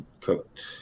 cooked